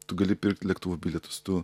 tu gali pirkt lėktuvo bilietus tu